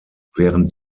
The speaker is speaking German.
während